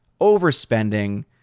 overspending